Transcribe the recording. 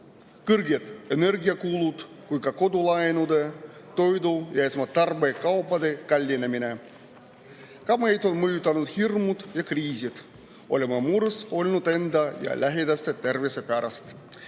kõrged energiakulud kui ka kodulaenude, toidu ja esmatarbekaupade kallinemine. Ka meid on mõjutanud hirmud ja kriisid. Oleme mures olnud enda ja lähedaste tervise pärast,